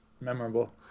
memorable